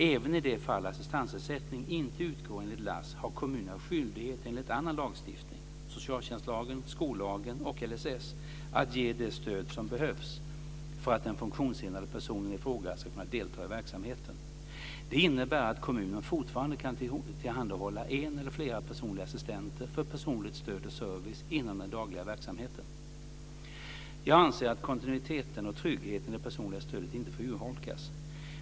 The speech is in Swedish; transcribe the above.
Även i de fall assistansersättning inte utgår enligt LASS har kommunerna skyldighet enligt annan lagstiftning - socialtjänstlagen, skollagen och LSS - att ge det stöd som behövs för att den funktionshindrade personen i fråga ska kunna delta i verksamheten. Det innebär att kommunen fortfarande kan tillhandahålla en eller flera personliga assistenter för personligt stöd och service inom den dagliga verksamheten. Jag anser att kontinuiteten och tryggheten i det personliga stödet inte får urholkas.